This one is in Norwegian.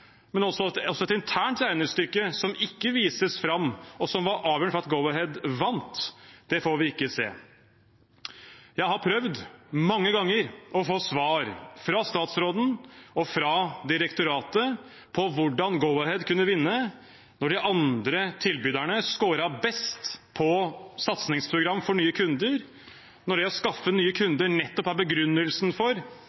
Men et internt regnestykke som ikke vises fram og som var avgjørende for at Go-Ahead vant, får vi ikke se. Jeg har prøvd mange ganger å få svar fra statsråden og fra direktoratet på hvordan Go-Ahead kunne vinne når de andre tilbyderne scoret best på satsingsprogram for nye kunder, når det å skaffe nye